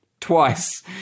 twice